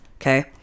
Okay